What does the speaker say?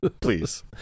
Please